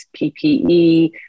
PPE